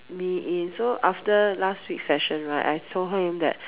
me in so after last week session right I told him that